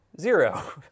zero